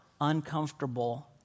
uncomfortable